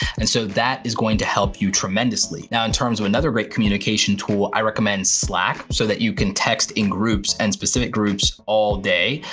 and so that is going to help you tremendously. now in terms of another great communication tool, i recommend slack so that you can text in groups and specific groups all day,